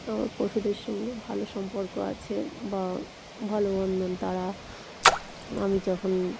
আমার পশুদের সঙ্গে ভালো সম্পর্ক আছে বা ভালো বন্ধন তারা আমি যখন